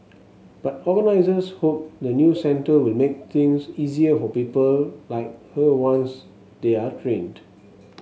but organizers hope the new centre will make things easier for people like her once they are trained